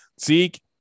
Zeke